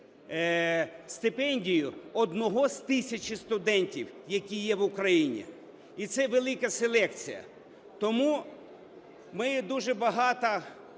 стипендією одного з тисячі студентів, які є в Україні, і це велика селекція. Тому ми дуже багато,